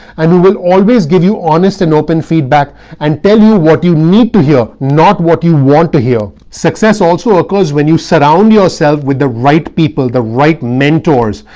and who will always give you honest and open feedback and tell you what you need to hear, not what you want to hear. success also occurs when you surround yourself with the right people, the right mentors,